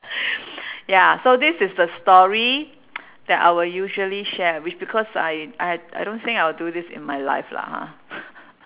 ya so this is the story that I will usually share which because I I I don't think I will do this in my life lah ha